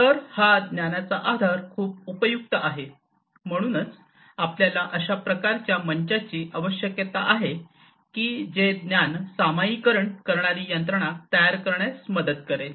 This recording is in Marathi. तर हा ज्ञानाचा आधार खूप उपयुक्त आहे म्हणूनच आपल्याला अशा प्रकारच्या मंचाची आवश्यकता आहे की जे ज्ञान सामायिकरण करणारी यंत्रणा तयार करण्यास मदत करेल